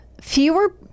Fewer